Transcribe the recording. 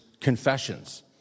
Confessions